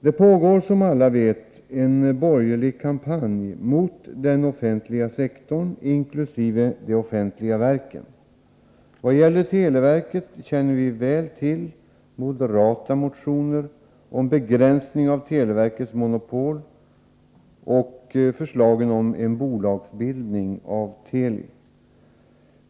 Det pågår, som alla vet, en borgerlig kampanj mot den offentliga sektorn inkl. de 7 offentliga verken. I vad gäller televerket känner vi väl till moderata motioner om begränsning av televerkets monopol och förslagen om en bolagsbildning när det gäller Teli.